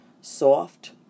soft